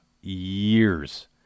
years